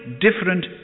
different